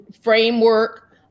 framework